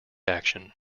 action